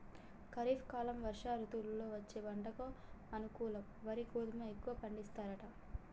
ఖరీఫ్ కాలం వర్ష ఋతువుల్లో వచ్చే పంటకు అనుకూలం వరి గోధుమ ఎక్కువ పండిస్తారట